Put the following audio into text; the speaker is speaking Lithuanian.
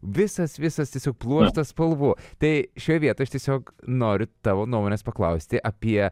visas visas pluoštas spalvų tai šioj vietoj tiesiog noriu tavo nuomonės paklausti apie